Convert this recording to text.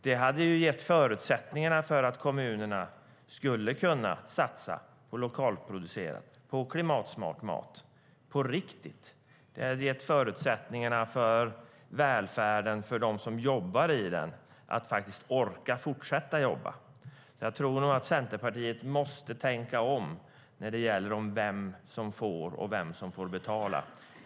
Det hade gett förutsättningar för att kommunerna skulle kunna satsa på lokalproducerat och på klimatsmart mat på riktigt. Och det hade gett förutsättningar för att de som jobbar i välfärden ska orka fortsätta jobba. Jag tror nog att Centerpartiet måste tänka om när det gäller vem som får och vem som får betala.